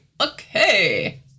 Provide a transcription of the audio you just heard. Okay